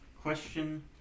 question